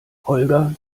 holger